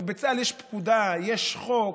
בצה"ל יש פקודה, יש חוק,